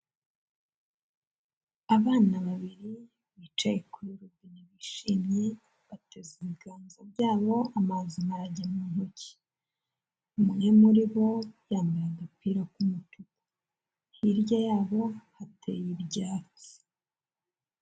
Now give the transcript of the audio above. Abana babiri bicaye kuri robine bishimye bateze ibiganza byabo amazi najya mu ntoki. Umwe muri bo yambaye agapira ku mapiku hirya yabo hateye ibyatsi.